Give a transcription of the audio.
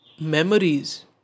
Memories